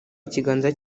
ikiganza